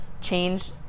change